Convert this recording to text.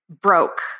broke